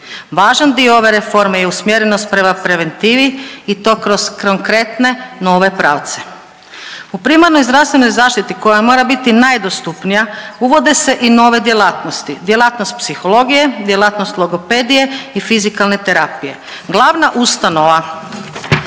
Važan dio ove reforme je usmjerenost prema preventivi i to kroz konkretne nove pravce. U primarnoj zdravstvenoj zaštiti koja mora biti najdostupnija uvode se i nove djelatnosti, djelatnost psihologije, djelatnost logopedije i fizikalne terapije. Glavna ustanova